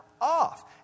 off